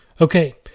Okay